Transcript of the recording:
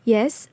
Yes